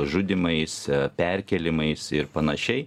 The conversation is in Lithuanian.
žudymais perkėlimais ir panašiai